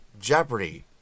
Jeopardy